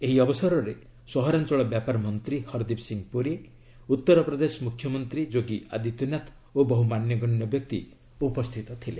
ଏହି ଅବସରରେ ସହରାଞ୍ଚଳ ବ୍ୟାପାର ମନ୍ତ୍ରୀ ହରଦୀପ ସିଂହ ପୁରୀ ଉତ୍ତରପ୍ରଦେଶ ମୁଖ୍ୟମନ୍ତ୍ରୀ ଯୋଗୀ ଆଦିତ୍ୟନାଥ ଓ ବହ୍ରମାନ୍ୟଗଣ୍ୟ ବ୍ୟକ୍ତି ଉପସ୍ଥିତ ଥିଲେ